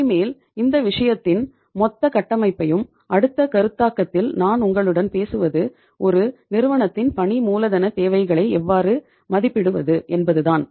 இனிமேல் இந்த விஷயத்தின் மொத்த கட்டமைப்பையும் அடுத்த கருத்தாக்கத்தில் நான் உங்களுடன் பேசுவது ஒரு நிறுவனத்தின் பணி மூலதன தேவைகளை எவ்வாறு மதிப்பிடுவது என்பதுதான்